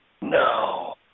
No